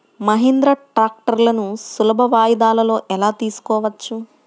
మహీంద్రా ట్రాక్టర్లను సులభ వాయిదాలలో ఎలా తీసుకోవచ్చు?